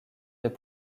des